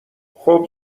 خوب